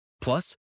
Plus